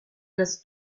das